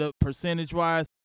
percentage-wise